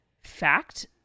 fact